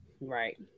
Right